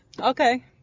Okay